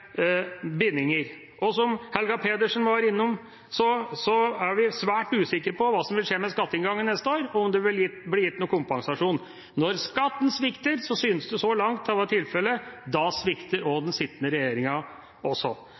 bindinger. Og som Helga Pedersen var innom, er vi svært usikre på hva som vil skje med skatteinngangen neste år, og om det vil bli gitt noen kompensasjon. Når skatten svikter, som så langt synes å være tilfellet, svikter også den sittende regjeringa.